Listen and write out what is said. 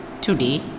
Today